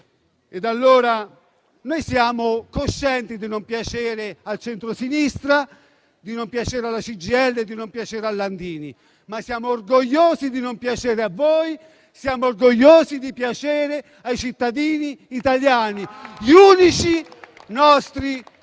Noi siamo coscienti di non piacere al centrosinistra, di non piacere alla CGIL e di non piacere a Landini; siamo orgogliosi di non piacere a voi e siamo orgogliosi di piacere ai cittadini italiani, gli unici nostri giudici